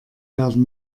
werden